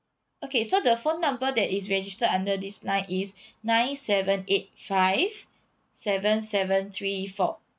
okay so the phone number that is registered under this line is nine seven eight five seven seven three four